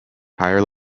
higher